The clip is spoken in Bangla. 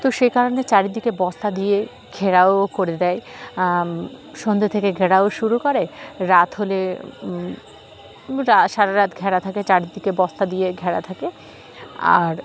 তো সে কারণে চারিদিকে বস্তা দিয়ে ঘেরাও করে দেয় সন্ধ্যে থেকে ঘেরাও শুরু করে রাত হলে সারা রাত ঘেরা থাকে চারিদিকে বস্তা দিয়ে ঘেরা থাকে আর